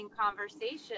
conversation